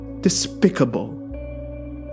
despicable